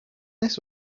this